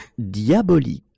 Diabolique